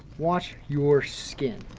watch your skin.